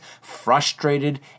frustrated